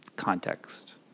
context